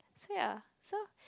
ya so